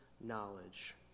knowledge